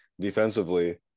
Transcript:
defensively